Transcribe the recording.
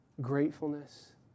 gratefulness